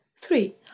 three